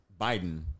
Biden